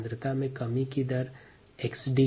सांद्रता में कमी की दर 𝑥d है